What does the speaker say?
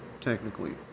technically